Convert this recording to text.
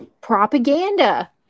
propaganda